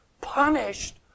punished